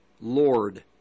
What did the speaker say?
Lord